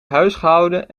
huisgehouden